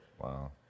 Wow